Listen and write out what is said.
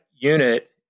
unit